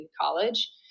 college